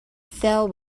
fell